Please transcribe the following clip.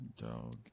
Dog